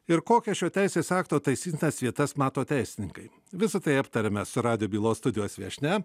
ir kokią šio teisės akto taisyti tas vietas mato teisininkai visa tai aptariame suradę bylos studijos viešnia